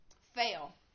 fail